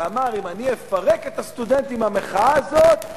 ואמר: אם אני אפרק את הסטודנטים מהמחאה הזאת,